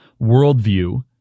worldview